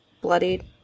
bloodied